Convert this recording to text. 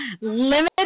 Limited